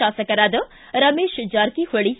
ಶಾಸಕರಾದ ರಮೇಶ್ ಜಾರಕಿಹೊಳಿ